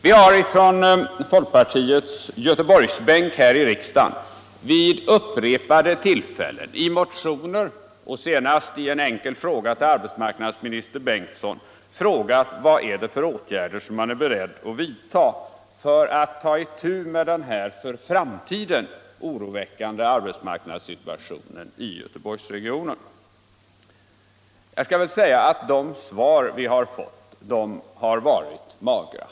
Vi har från folkpartihåll på Göteborgsbänken här i riksdagen vid upprepade tillfällen — i motioner och senast i en enkel fråga till arbetsmarknadsministern Bengtsson — frågat vilka åtgärder man är beredd att vidta för att komma till rätta med den för framtiden oroväckande arbetsmarknadssituationen i Göteborgsregionen. De svar vi har fått har varit magra.